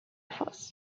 force